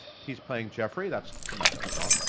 he's playing jeffrey. that's the matt dillon role.